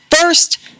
first